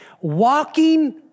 walking